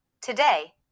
Today